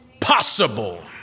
possible